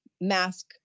mask